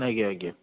ଆଜ୍ଞା ଆଜ୍ଞା